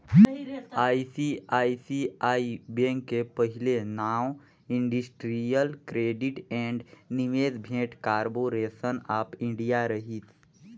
ICICI bank के पहिले नांव इंडस्टिरियल क्रेडिट ऐंड निवेस भेंट कारबो रेसन आँफ इंडिया रहिस